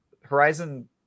Horizon